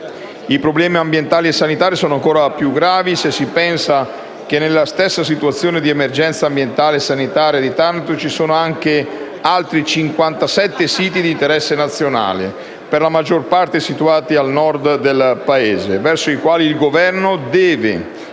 I problemi ambientali e sanitari sono ancora più gravi se si pensa che nella stessa situazione di emergenza ambientale e sanitaria di Taranto ci sono anche altri 57 siti di interesse nazionale, per la maggior parte situati a Nord del Paese, verso i quali il Governo deve